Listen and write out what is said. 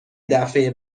دفعه